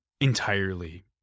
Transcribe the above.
entirely